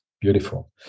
Beautiful